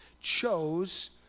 chose